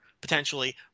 potentially